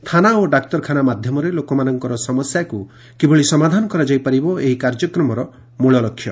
ଥାନା ଓ ଡାକ୍ତରଖାନା ମାଧ୍ଧମରେ ଲୋକଙ୍କର ସମସ୍ୟାକୁ କିଭଳି ସମାଧାନ କରାଯାଇପାରିବ ଏହି କାର୍ଯ୍ୟକ୍ରମର ମୁଳଲକ୍ଷ୍ୟ